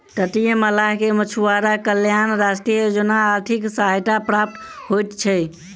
तटीय मल्लाह के मछुआरा कल्याण राष्ट्रीय योजना आर्थिक सहायता प्राप्त होइत छै